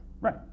right